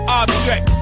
object